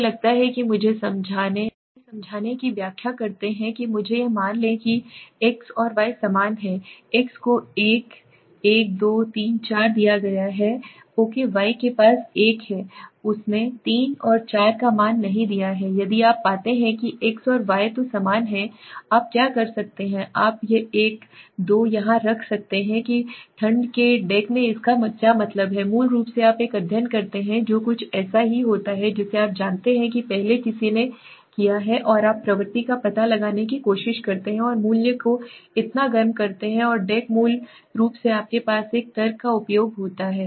मुझे लगता है कि मुझे समझाने की व्याख्या करते हैं कि मुझे यह मान लें कि x और y समान हैं x को 1 1 2 3 4 दिया गया है ok y के पास 1 है उसने 3 और 4 का मान नहीं दिया है यदि आप पाते हैं कि x और y तो समान हैं आप क्या कर सकते हैं आप एक 2 यहाँ रख सकते हैं कि ठंड के डेक में इसका क्या मतलब है मूल रूप से आप एक अध्ययन करते हैं जो कुछ ऐसा ही होता है जिसे आप जानते हैं कि पहले किसी ने किया है और आप प्रवृत्ति का पता लगाने की कोशिश करते हैं और मूल्य को इतना गर्म करते हैं और डेक मूल रूप से आपके पास एक तर्क का उपयोग होता है